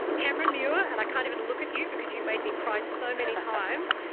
cameron muir, and i can't even look at you because you made me cry so many times,